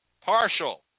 partial